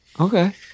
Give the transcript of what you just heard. Okay